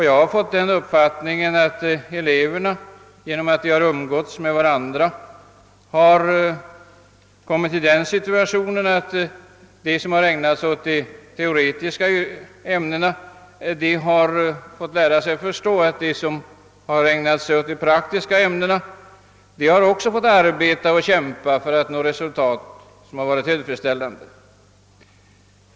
Jag har fått den uppfattningen att på grund av att alla elever umgås med varandra har eleverna på de mer teoretiskt inriktade linjerna lärt sig att förstå, att de kamrater som ägnar sig åt de praktiska ämnena också måste arbeta och kämpa för att nå tillfredsställande resultat.